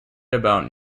about